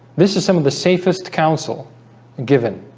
this is some of the safest counsel given